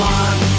one